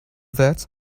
that